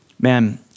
man